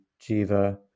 Jiva